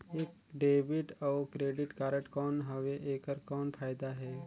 ये डेबिट अउ credit card कौन हवे एकर कौन फाइदा हे?